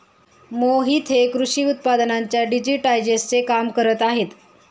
मोहित हे कृषी उत्पादनांच्या डिजिटायझेशनचे काम करत आहेत